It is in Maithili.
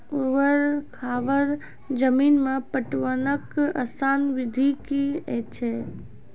ऊवर खाबड़ जमीन मे पटवनक आसान विधि की ऐछि?